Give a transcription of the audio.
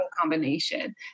combination